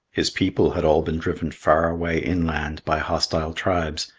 his people had all been driven far away inland by hostile tribes,